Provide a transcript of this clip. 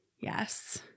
Yes